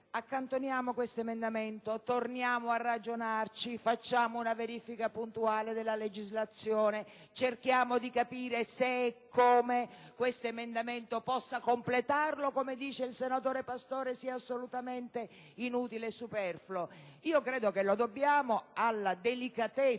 accantoniamo questo emendamento, torniamo a ragionarci, compiamo una verifica puntuale della legislazione, cerchiamo di capire se e come questo emendamento possa completarla o se, come sostiene il senatore Pastore, sia assolutamente inutile e superfluo. Credo che lo dobbiamo alla delicatezza